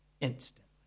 instantly